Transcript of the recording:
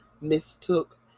mistook